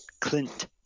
Clint